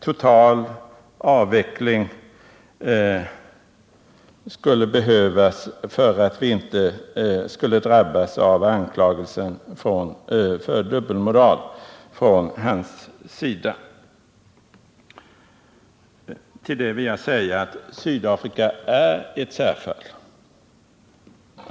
Total avveckling skulle behövas för att vi inte skulle drabbas av anklagelsen om dubbelmoral från herr Burenstam Linders sida. Men Sydafrika är ett särfall.